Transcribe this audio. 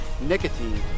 Nicotine